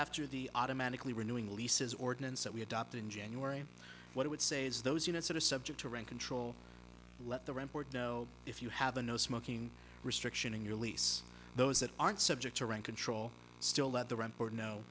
after the automatically renewing leases ordinance that we adopted in january and what i would say is those units that are subject to rent control let the rent board know if you have a no smoking restriction in your lease those that aren't subject to rent control still let the rent board know